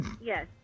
Yes